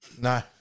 No